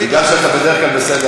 אבל בגלל שאתה בדרך כלל בסדר,